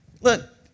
look